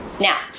Now